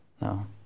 no